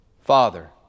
father